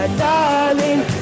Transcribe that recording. darling